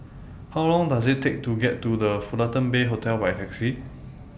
How Long Does IT Take to get to The Fullerton Bay Hotel By Taxi